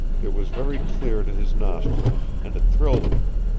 it was very clear to his nostrils, and it thrilled him.